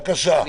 בבקשה.